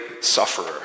sufferer